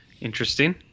Interesting